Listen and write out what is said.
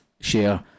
share